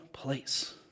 place